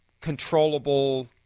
controllable